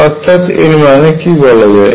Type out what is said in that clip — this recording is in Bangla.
অর্থাৎ এর মানে কি বলা যায়